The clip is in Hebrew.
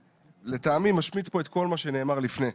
לטעמי משמיט את כל מה שנאמר לפני.